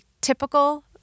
typical